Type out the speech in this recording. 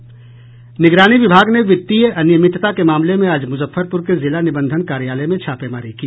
निगरानी विभाग ने वित्तीय अनियमितता के मामले में आज मुजफ्फरपुर के जिला निबंधन कार्यालय में छापेमारी की